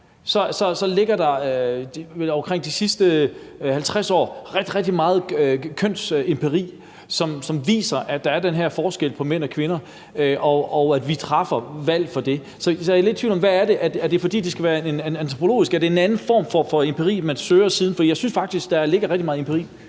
fra vel omkring de sidste 50 år rigtig, rigtig meget kønsempiri, som viser, at der er den her forskel på mænd og kvinder, og at vi træffer valg ud fra det. Så jeg er lidt i tvivl om, hvad det er. Er det, fordi det skal være en antropologisk undersøgelse? Er det en anden form for empiri, man søger? Jeg synes faktisk, at der ligger rigtig meget empiri.